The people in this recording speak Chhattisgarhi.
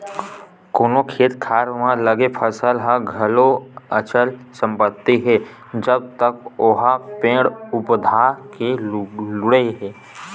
कोनो खेत खार म लगे फसल ह घलो अचल संपत्ति हे जब तक ओहा पेड़ पउधा ले जुड़े हे